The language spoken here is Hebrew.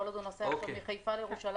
כל עוד הוא נוסע מחיפה לירושלים,